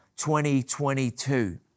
2022